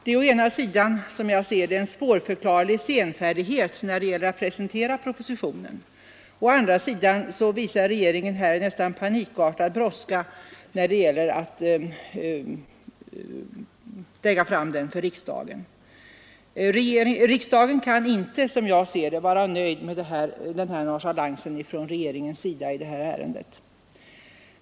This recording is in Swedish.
Som jag ser det är det å ena sidan en svårförklarlig senfärdighet när det gäller att presentera propositionen, å andra sidan visar regeringen en nästan panikartad brådska när det gäller att lägga fram den för riksdagen. Riksdagen kan inte vara nöjd med denna nonchalans från regeringens sida i detta ärende.